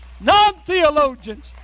non-theologians